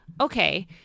Okay